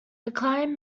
decline